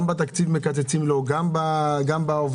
גם בתקציב מקצצים לו, גם בעובדים.